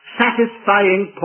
satisfying